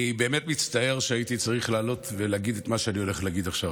אני באמת מצטער שהייתי צריך לעלות ולהגיד את מה שאני הולך להגיד עכשיו,